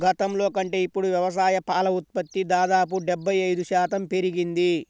గతంలో కంటే ఇప్పుడు వ్యవసాయ పాల ఉత్పత్తి దాదాపు డెబ్బై ఐదు శాతం పెరిగింది